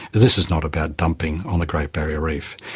this is not about dumping on the great barrier reef.